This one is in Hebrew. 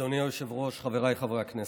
אדוני היושב-ראש, חבריי חברי הכנסת,